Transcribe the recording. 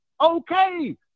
Okay